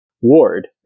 ward